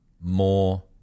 more